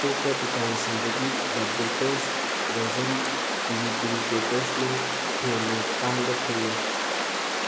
ꯑꯇꯣꯞꯄ ꯗꯨꯀꯥꯟꯁꯤꯡꯗꯒꯤ the bakers dozen ꯄꯦꯔꯤ ꯄꯦꯔꯤ ꯀ꯭ꯔꯦꯛꯀꯔꯁꯅ ꯍꯦꯟꯅ ꯇꯥꯡꯕ ꯊꯦꯡꯅꯩ